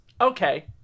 okay